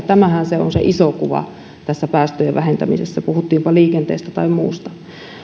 tämähän se on se iso kuva päästöjen vähentämisessä puhuttiinpa liikenteestä tai muusta